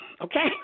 Okay